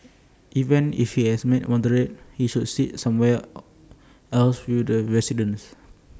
even if he is A moderator he should sit somewhere or else with the residents